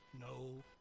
no